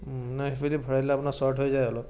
না সেইফালেদি ভৰাই দিলে আপোনাৰ শ্বৰ্ট হৈ যায় অলপ